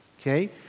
okay